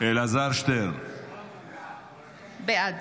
בעד